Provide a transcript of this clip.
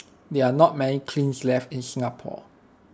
there are not many kilns left in Singapore